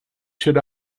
should